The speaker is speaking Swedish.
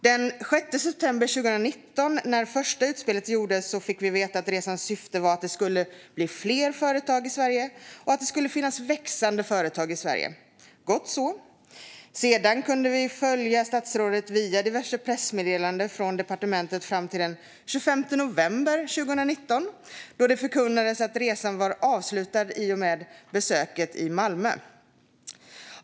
Den 6 september 2019, när första utspelet gjordes, fick vi veta att resans syfte var att det skulle bli fler företag i Sverige och att det skulle finnas växande företag i Sverige. Gott så. Sedan kunde vi följa statsrådet via diverse pressmeddelanden från departementet fram till den 25 november 2019, då det förkunnades att resan var avslutad i och med besöket i Malmö.